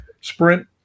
sprint